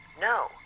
no